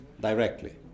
directly